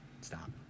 Stop